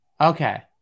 Okay